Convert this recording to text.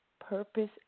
purpose